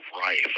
rife